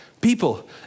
People